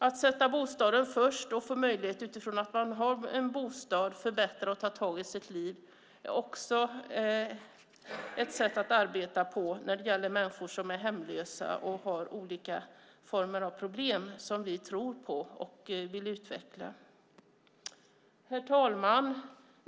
Att sätta bostaden först utifrån att om man har en bostad får man möjlighet att förbättra och ta tag i sitt liv är ett sätt att arbeta på när det gäller människor som är hemlösa och har olika former av problem som vi tror på och vill utveckla. Herr talman!